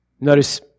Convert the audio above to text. Notice